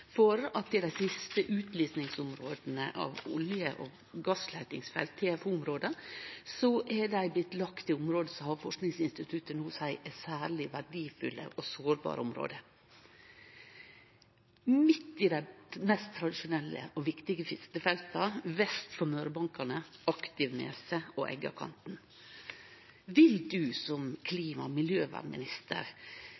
at dei siste utlysningsområda for olje- og gassleitingsfelt, TFO-område, er lagde til område som Havforskingsinstituttet no seier er særleg verdifulle og sårbare område – midt i dei mest tradisjonsrike og viktigaste fiskefelta vest for Mørebankane, Aktivneset og Eggakanten. Vil statsråden, som